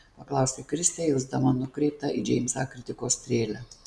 paklausė kristė jausdama nukreiptą į džeimsą kritikos strėlę